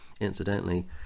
incidentally